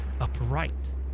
upright